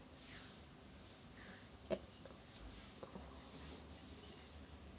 eh